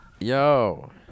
Yo